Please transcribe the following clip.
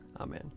Amen